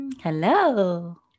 Hello